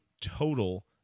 total